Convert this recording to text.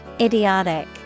Idiotic